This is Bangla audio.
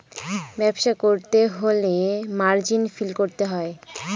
ব্যবসা করতে হলে মার্জিন ফিল করতে হয়